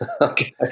okay